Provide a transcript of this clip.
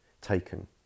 taken